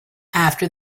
after